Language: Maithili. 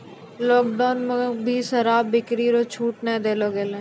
लोकडौन मे भी शराब बिक्री रो छूट नै देलो गेलै